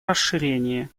расширении